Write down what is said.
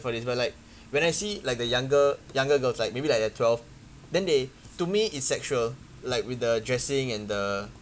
for this but like when I see like the younger younger girls like maybe like they're twelve then they to me it's sexual like with the dressing and the